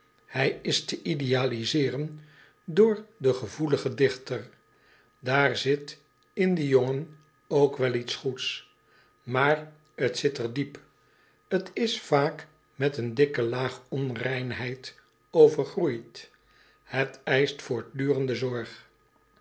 hij is te idealiseren door den gevoeligen dichter daar zit in dien jongen ook wel iets goeds maar t zit er diep t is vaak met een dikke laag onreinheid overgroeid het eischt voortdurende zorg